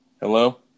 Hello